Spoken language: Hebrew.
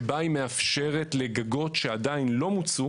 שבה היא מאפשרת לגגות שעדיין לא מוצו